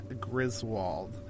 Griswold